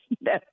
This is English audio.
no